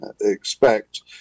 expect